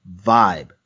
vibe